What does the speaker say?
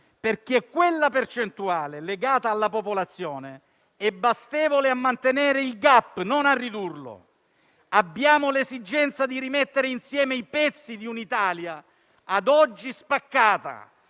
quanto tale percentuale legata alla popolazione è bastevole a mantenere il *gap* e non a ridurlo. Abbiamo l'esigenza di rimettere insieme i pezzi di un'Italia a oggi spaccata,